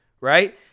right